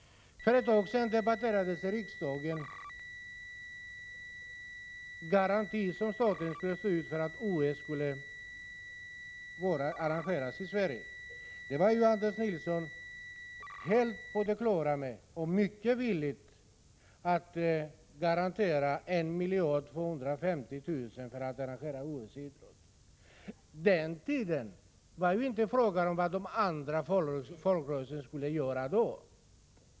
För ett tag sedan debatterades i riksdagen en garanti som staten skulle ställa för att OS skulle arrangeras i Sverige. Då var Anders Nilsson mycket villig att garantera 1 250 000 000 kr. Då var det inte fråga om vad de andra folkrörelserna skulle göra då.